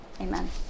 Amen